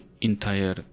entire